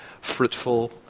fruitful